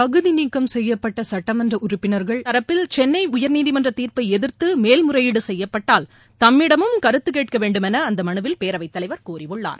தகுதி நீக்கம் செய்யப்பட்ட சட்டமன்ற உறுப்பினர்கள் தரப்பில் சென்னை உயர்நீதிமன்ற தீர்ப்பை எதிர்த்து மேல்முறையீடு செய்யப்பட்டால் தம்மிடமும் கருத்து கேட்க வேண்டும் என அந்த மனுவில் பேரவைத் தலைவர் கோரியுள்ளார்